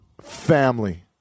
family